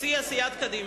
הציעה סיעת קדימה,